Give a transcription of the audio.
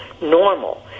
normal